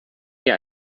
mir